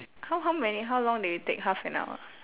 how how many how long did we take half an hour